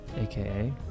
Aka